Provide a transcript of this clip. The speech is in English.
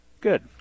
Good